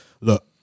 Look